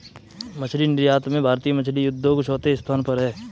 मछली निर्यात में भारतीय मछली उद्योग चौथे स्थान पर है